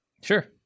Sure